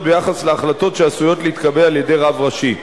ביחס להחלטות שעשויות להתקבל על-ידי רב ראשי.